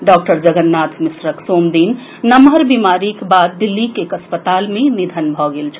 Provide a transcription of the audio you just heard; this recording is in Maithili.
डॉक्टर जगन्नाथ मिश्रक सोम दिन नम्हर बीमारीक बाद दिल्लीक एक अस्पताल मे निधन भऽ गेल छल